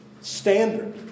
standard